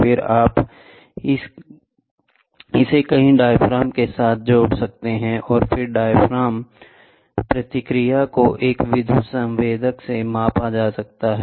फिर आप इसे कई डायाफ्राम के साथ जोड़ सकते हैं और फिर डायाफ्राम प्रतिक्रिया को एक विद्युत संवेदक से मापा जाता है